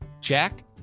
Jack